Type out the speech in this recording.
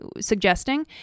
suggesting